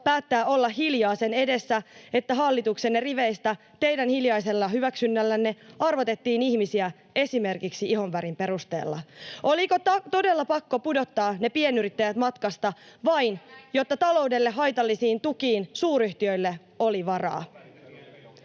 päättää olla hiljaa sen edessä, että hallituksenne riveistä teidän hiljaisella hyväksynnällänne arvotettiin ihmisiä esimerkiksi ihonvärin perusteella? Oliko todella pakko pudottaa ne pienyrittäjät matkasta vain, [Jenna Simula: Kovia väitteitä!] jotta taloudelle haitallisiin tukiin suuryhtiöille oli varaa?